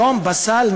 היום בסל,